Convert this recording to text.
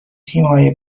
تیمهای